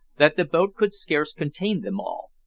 that the boat could scarce contain them all.